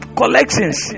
collections